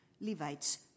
Levites